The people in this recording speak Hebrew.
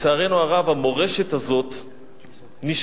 לצערנו הרב המורשת הזאת נשכחת.